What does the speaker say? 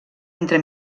entre